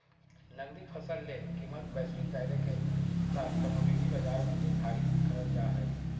नकदी फसल ले कीमतवैश्विक दायरेके साथकमोडिटी बाजार में निर्धारित करल जा हइ